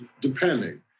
depending